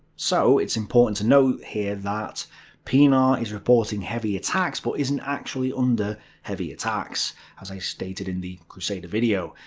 so it's important to note here that pienaar is reporting heavy attacks, but isn't actually under heavy attacks as i stated in the crusader video.